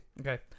Okay